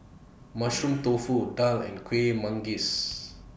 Mushroom Tofu Daal and Kueh Manggis